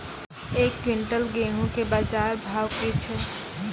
एक क्विंटल गेहूँ के बाजार भाव की छ?